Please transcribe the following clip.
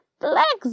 Flex